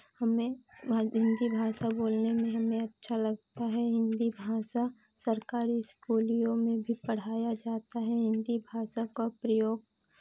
हमें भा भाषा बोलने में हमें अच्छा लगता है हिन्दी भाषा सरकारी इस्कूलियों में भी पढ़ाया जाता है हिन्दी भाषा का प्रयोग